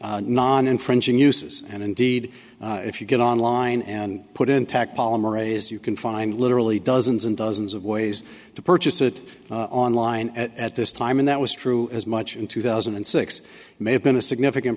many non infringing uses and indeed if you get online and put intact polymerase you can find literally dozens and dozens of ways to purchase it online at this time and that was true as much in two thousand and six may have been a significant